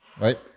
right